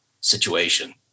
situation